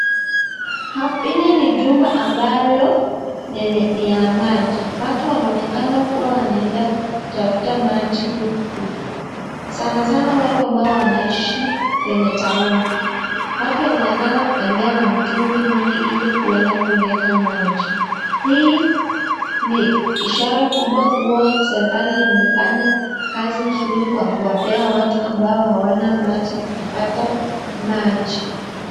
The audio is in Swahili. Hapa ili ni jumba ambalo ni ya maji. Watu wanaonekana kuwa wanaenda kutafuta maji huku. Sana sana watu ambao wanaishi kwenye town . Watu wanaonekana kutembea na mitungi mingi ili kuenda kuleta maji. Hii ni ishara kubwa kuwa serikali imefanya kazi mzuri kwa kuwapea watu ambao hawana maji kupata maji.